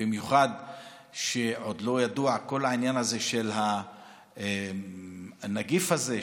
במיוחד שעוד לא ידוע כל העניין של הנגיף הזה,